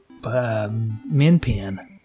minpin